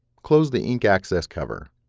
close the ink access cover.